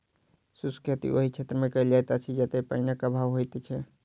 शुष्क खेती ओहि क्षेत्रमे कयल जाइत अछि जतय पाइनक अभाव होइत छै